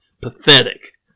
Pathetic